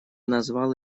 назвал